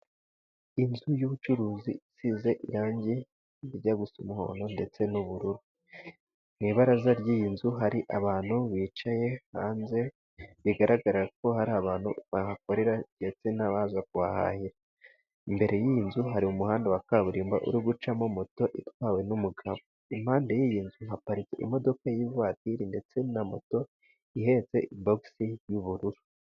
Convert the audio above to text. Inzu y'ubucuruzi isize irangi rijya gusa umuhondo ndetse n'ubururu, ku ibaraza ry'iyi nzu hari abantu bicaye hanze, bigaragara ko hari abantu bahakorera ndetse nabaza kuhahahira, imbere yiyi nzu hari umuhanda wa kaburimbo, uri gucamo moto itwawe n'umugabo, impande y'iyi nzu haparitse imodoka y'ivatiri ndetse na moto, ihetse boxi y'ubururu.